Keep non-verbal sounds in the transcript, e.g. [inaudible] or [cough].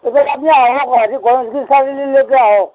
[unintelligible] আপুনি গণেশগুৰি চাৰিআলিলৈকে আহক